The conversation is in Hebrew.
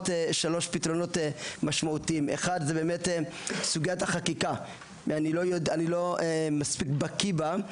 פתרונות: 1. בנושא החקיקה: אמנם אני לא מספיק בקיא בה,